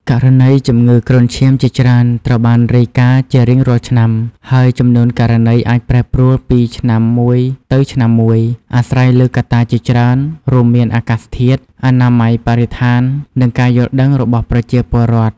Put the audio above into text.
ករណីជំងឺគ្រុនឈាមជាច្រើនត្រូវបានរាយការណ៍ជារៀងរាល់ឆ្នាំ ហើយចំនួនករណីអាចប្រែប្រួលពីឆ្នាំមួយទៅឆ្នាំមួយ អាស្រ័យលើកត្តាជាច្រើន រួមមានអាកាសធាតុ អនាម័យបរិស្ថាន និងការយល់ដឹងរបស់ប្រជាពលរដ្ឋ។